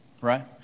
right